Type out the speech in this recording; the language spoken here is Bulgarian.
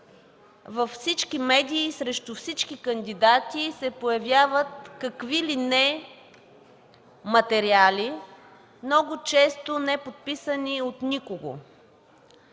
във всички медии, срещу всички кандидати се появяват какви ли не материали, много често неподписани от никого.